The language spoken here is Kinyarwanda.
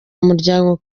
umuryango